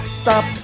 stop